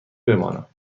بمانم